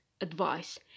advice